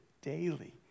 daily